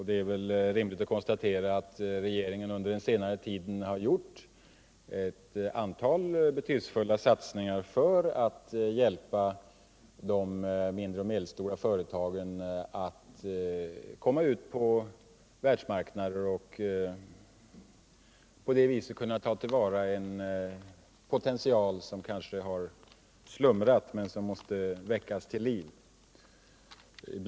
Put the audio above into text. Det är väl rimligt att konstatera att regeringen under den senare tiden har gjort ett antal betydelsefulla satsningar för att hjälpa de mindre och medelstora företagen att komma ut på världsmarknaden och på det viset kunna ta till vara en potential som kanske har slumrat och måste väckas till liv.